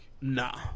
Nah